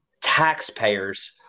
taxpayers